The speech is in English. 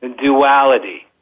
duality